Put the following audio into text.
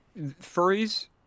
furries